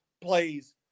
plays